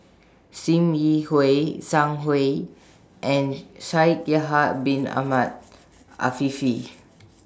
SIM Yi Hui Zhang Hui and Shaikh Yahya Bin Ahmed Afifi